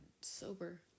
sober